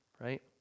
Right